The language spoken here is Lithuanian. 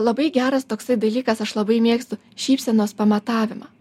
labai geras toksai dalykas aš labai mėgstu šypsenos pamatavimą